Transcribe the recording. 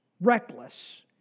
reckless